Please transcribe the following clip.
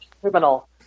criminal